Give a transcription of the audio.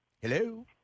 hello